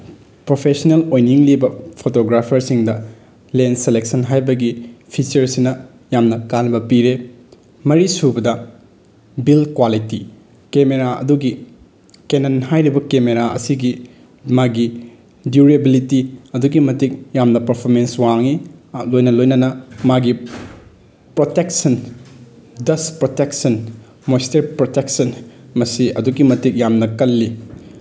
professional ꯑꯣꯏꯅꯤꯡꯂꯤꯕ ꯐꯣꯇꯣꯒ꯭ꯔꯥꯐꯔꯁꯤꯡꯗ lens selection ꯍꯥꯏꯕꯒꯤ ꯐꯤꯆꯔꯁꯁꯤꯅ ꯌꯥꯝꯅ ꯀꯥꯟꯅꯕ ꯄꯤꯔꯦ ꯃꯔꯤꯁꯨꯕꯗ ꯕꯤꯜ ꯀ꯭ꯋꯥꯂꯤꯇꯤ ꯀꯦꯃꯦꯔꯥ ꯑꯗꯨꯒꯤ ꯀꯦꯅꯟ ꯍꯥꯏꯔꯤꯕ ꯀꯦꯃꯦꯔꯥ ꯑꯁꯤꯒꯤ ꯃꯥꯒꯤ ꯗ꯭ꯌꯨꯔꯦꯕꯤꯂꯤꯇꯤ ꯑꯗꯨꯛꯀꯤ ꯃꯇꯤꯛ ꯌꯥꯝꯅ ꯄꯔꯐꯣꯃꯦꯟꯁ ꯋꯥꯡꯉꯤ ꯂꯣꯏꯅ ꯂꯣꯏꯅꯅ ꯃꯥꯒꯤ protection dust protection moisture protection ꯃꯁꯤ ꯑꯗꯨꯛꯀꯤ ꯃꯇꯤꯛ ꯌꯥꯝꯅ ꯀꯜꯂꯤ